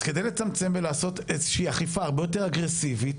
אז כדי לצמצם ולעשות איזה שהיא אכיפה הרבה יותר אגרסיבית,